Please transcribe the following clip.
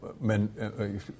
men